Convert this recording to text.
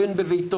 בין אם בביתו,